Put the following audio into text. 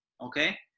okay